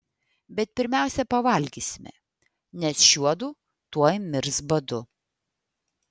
bet pirmiausia pavalgysime nes šiuodu tuoj mirs badu